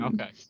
Okay